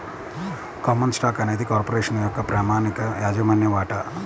common stock అనేది corporation యొక్క ప్రామాణిక యాజమాన్య వాటా